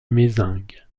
mézenc